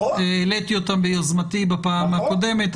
העליתי אותם ביוזמתי בפעם הקודמת,